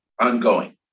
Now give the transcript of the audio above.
ongoing